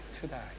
today